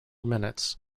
minutes